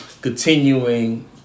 continuing